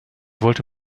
wollte